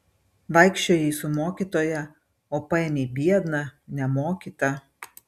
vaikščiojai su mokytoja o paėmei biedną nemokytą